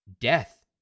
Death